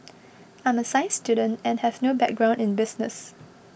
I'm a science student and have no background in business